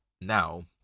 now